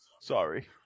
sorry